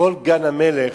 כל גן-המלך,